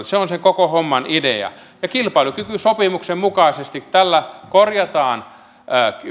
se on sen koko homman idea kilpailukykysopimuksen mukaisesti tällä korjataan